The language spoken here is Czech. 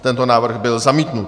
Tento návrh byl zamítnut.